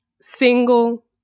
single